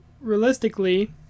realistically